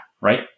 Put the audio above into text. Right